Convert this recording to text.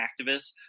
activists